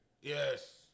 Yes